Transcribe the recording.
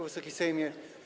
Wysoki Sejmie!